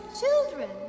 children